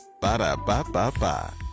Ba-da-ba-ba-ba